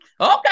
Okay